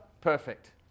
perfect